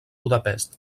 budapest